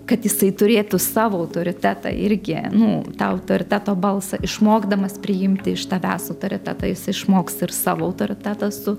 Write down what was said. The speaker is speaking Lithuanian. kad jisai turėtų savo autoritetą irgi nū tą autoriteto balsą išmokdamas priimti iš tavęs autoritetą jis išmoks ir savo autoritetą su